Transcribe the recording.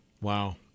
Wow